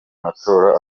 matora